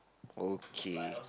okay